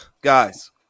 guys